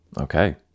Okay